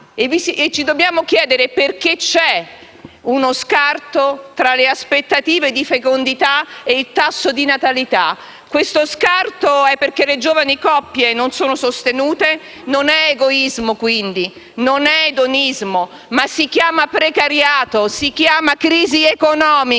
Ci dobbiamo chiedere perché c'è uno scarto tra le aspettative di fecondità e il tasso di natalità: le giovani coppie non sono sostenute; non è egoismo, quindi, né edonismo, ma si chiama precariato e crisi economica.